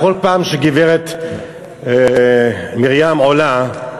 כל פעם שגברת מרים עולה,